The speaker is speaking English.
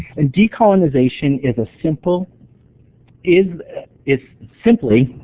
and, decolonization is a simple is is simply